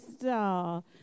star